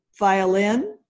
Violin